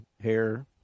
hair